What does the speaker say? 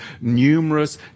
numerous